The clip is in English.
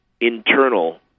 internal